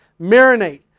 marinate